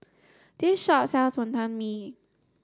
this shop sells Wonton Mee